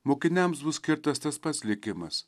mokiniams bus skirtas tas pats likimas